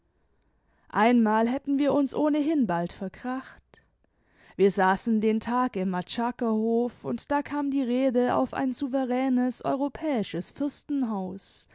einmal hätten wir uns ohnehin bald verkracht wir saßen den tag im matschakerhof und da kam die rede auf ein souveränes europäisches